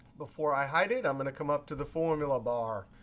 before i hide it, i'm going to come up to the formula bar.